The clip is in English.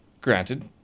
granted